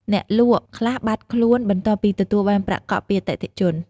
អ្នកលក់ខ្លះបាត់ខ្លួនបន្ទាប់ពីទទួលបានប្រាក់កក់ពីអតិថិជន។